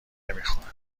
نمیخورند